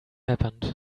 happened